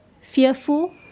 fearful